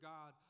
God